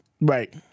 Right